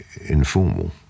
informal